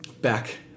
back